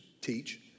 teach